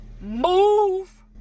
move